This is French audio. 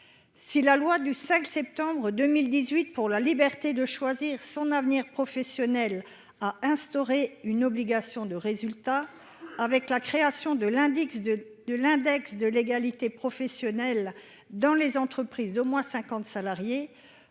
Si la loi du 5 septembre 2018 pour la liberté de choisir son avenir professionnel a instauré une obligation de résultat, avec la création de l'index de l'égalité professionnelle pour les entreprises d'au moins cinquante salariés,